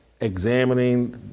examining